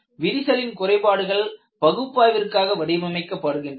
விரிசலின் குறைபாடுகள் பகுப்பாய்விற்காக வடிவமைக்கப்படுகிறது